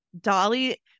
Dolly